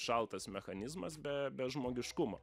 šaltas mechanizmas be be žmogiškumo